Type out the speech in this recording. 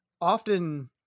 often